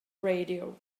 radio